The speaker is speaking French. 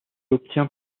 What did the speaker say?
obtient